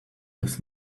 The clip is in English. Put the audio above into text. this